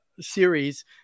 series